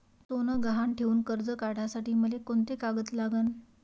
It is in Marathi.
सोनं गहान ठेऊन कर्ज काढासाठी मले कोंते कागद लागन?